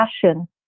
passion